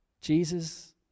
Jesus